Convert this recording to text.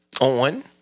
on